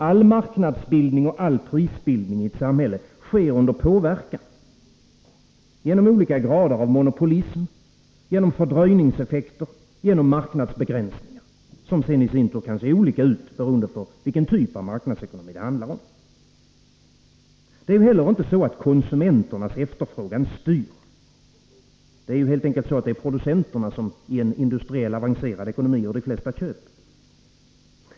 All marknadsbildning och all prisbildning i ett samhälle sker under påverkan, genom olika grader av monopolism, genom fördröjningseffekter, genom marknadsbegränsningar, som sen i sin tur kan se olika ut beroende på vilken typ av marknadsekonomi det handlar om. Det är ju heller inte så att konsumenternas efterfrågan styr. Det är ju helt enkelt så att det är producenterna i en industriell avancerad ekonomi som gör de flesta köpen.